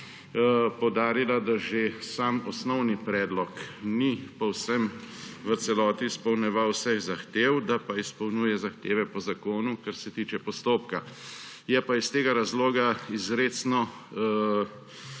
poudarila, da že sam osnovni predlog ni povsem v celoti izpolnjeval vseh zahtev, da pa izpolnjuje zahteve po zakonu, kar se tiče postopka. Je pa iz tega razloga izrecno